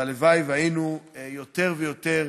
הלוואי שהיינו יותר ויותר,